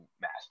master